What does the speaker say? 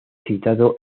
citado